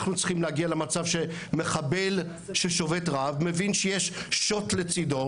אנחנו צריכים להגיע למצב שמחבל ששובת רעב מבין שיש שוט לצידו